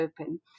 open